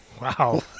wow